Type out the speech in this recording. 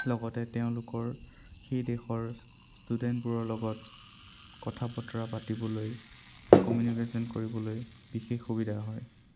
লগতে তেওঁলোকৰ সেই দেশৰ ষ্টুডেণ্টবোৰৰ লগত কথা বতৰা পাতিবলৈ কমিউনিকেশ্যন কৰিবলৈ বিশেষ সুবিধা হয়